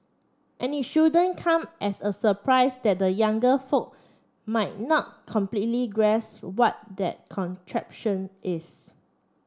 and it shouldn't come as a surprise that the younger folk might not completely grasp what that contraption is